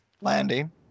landing